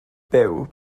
byw